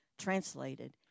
translated